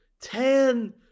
Ten